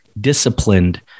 disciplined